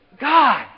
God